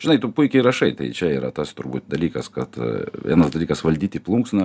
žinai tu puikiai rašai tai čia yra tas turbūt dalykas kad vienas dalykas valdyti plunksną